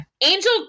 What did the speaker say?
Angel